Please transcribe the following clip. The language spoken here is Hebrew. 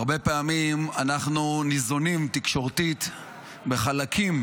הרבה פעמים אנחנו ניזונים תקשורתית מחלקים